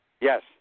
Yes